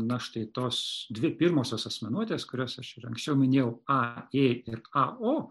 na štai tos dvi pirmosios asmenuotės kurias aš ir anksčiau minėjau a ė ir a o